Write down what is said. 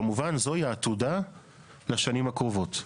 כמובן זו היא העתודה לשנים הקרובות.